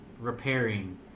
repairing